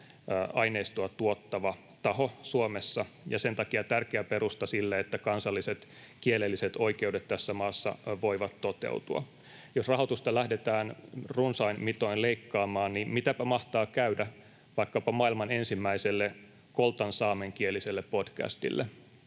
aineistoa tuottava taho Suomessa ja sen takia tärkeä perusta sille, että kansalliset kielelliset oikeudet tässä maassa voivat toteutua. Jos rahoitusta lähdetään runsain mitoin leikkaamaan, niin mitäpä mahtaa käydä vaikkapa maailman ensimmäiselle koltansaamenkieliselle podcastille